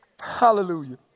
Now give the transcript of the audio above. Hallelujah